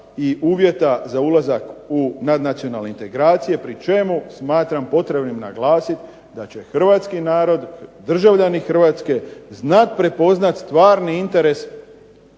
i uvjeta za uzlazak u nadnacionalne integracije pri čemu smatram potrebnim naglasiti da će hrvatski narod, državljani Hrvatske znati prepoznat stvari interes